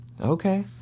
Okay